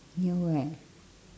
near where